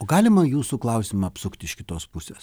o galima jūsų klausimą apsukti iš kitos pusės